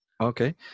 okay